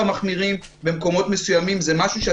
תודה.